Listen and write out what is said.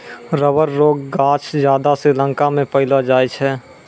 rubber रो गांछ ज्यादा श्रीलंका मे पैलो जाय छै